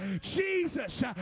Jesus